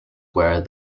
where